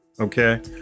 Okay